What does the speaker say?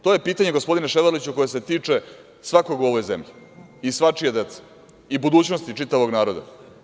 To je pitanje, gospodine Ševarliću, koje se tiče svakog u ovoj zemlji i svačije dece i budućnosti čitavog naroda.